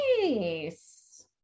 Nice